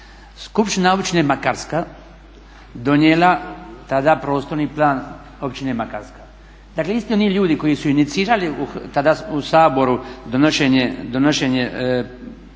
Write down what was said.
skupština općine Makarska donijela tada prostorni plan općine Makarska. Dakle isti oni ljudi koji su inicirali tada u Saboru donošenje